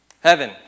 Heaven